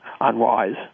unwise